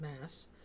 mass